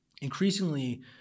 increasingly